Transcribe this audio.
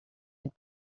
had